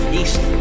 east